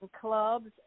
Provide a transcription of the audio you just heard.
clubs